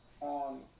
on